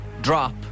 drop